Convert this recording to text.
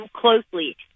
closely